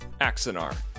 Axinar